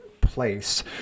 place